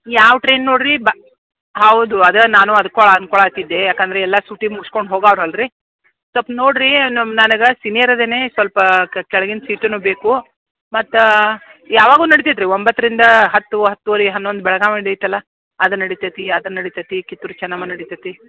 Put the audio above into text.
ಯಾವ ಟ್ರೈನ್ ನೋಡಿರಿ ಬಾ ಹೌದು ಅದೇ ನಾನೂ ಅಂದ್ಕೊಳ ಅಂದ್ಕೊಳತಿದ್ದೆ ಏಕಂದ್ರೆ ಎಲ್ಲ ಸೂಟಿ ಮುಗ್ಸ್ಕೊಂಡು ಹೋಗ್ತಾವ್ರಲ್ರೀ ಸ್ವಲ್ಪ ನೋಡಿ ರೀ ನಮ್ಮ ನನಗೆ ಸೀನಿಯರ್ ಇದೀನಿ ಸ್ವಲ್ಪ ಕ ಕೆಳಗಿನ ಸೀಟು ಬೇಕು ಮತ್ತು ಯಾವಾಗ್ಲೂ ನಡೀತೈತ್ರಿ ಒಂಬತ್ತರಿಂದ ಹತ್ತು ಹತ್ತೂವರೆ ಹನ್ನೊಂದು ಬೆಳ್ಗಾಂದು ಐತಲ್ಲ ಅದು ನಡೀತತ್ತೀ ಅದು ನಡೀತತ್ತೀ ಕಿತ್ತೂರು ಚನ್ನಮ್ಮ ನಡೀತತ್ತೀ